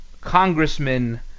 Congressman